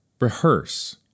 rehearse